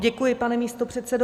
Děkuji, pane místopředsedo.